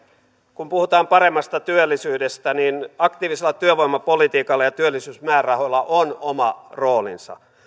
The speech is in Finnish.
kun puhutaan paremmasta työllisyydestä niin aktiivisella työvoimapolitiikalla ja työllisyysmäärärahoilla on oma roolinsa